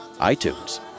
iTunes